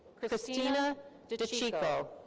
cristina dicicco.